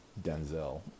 Denzel